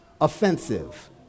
offensive